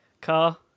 Car